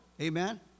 Amen